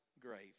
grave